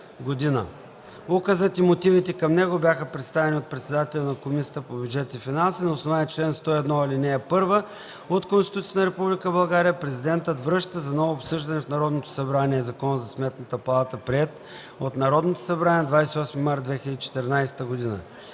Указът и мотивите към него бяха представени от председателя на Комисията по бюджет и финанси. На основание чл. 101, ал. 1 от Конституцията на Република България президентът връща за ново обсъждане в Народното събрание Закона за Сметната палата, приет от Народното събрание на 28 март 2014 г.